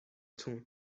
تون